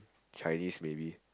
Chinese maybe